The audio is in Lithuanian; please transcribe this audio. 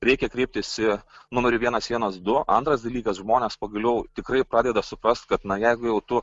reikia kreiptis į numerį vienas vienas du antras dalykas žmonės pagaliau tikrai pradeda suprast kad na jeigu jau tu